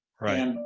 Right